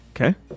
Okay